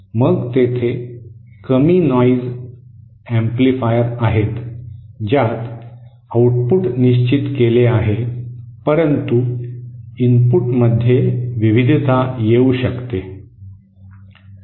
मग तेथे कमी नॉइज एम्पलीफायर आहेत ज्यात आउटपुट निश्चित केले आहे परंतु इनपुटमध्ये विविधता येऊ शकते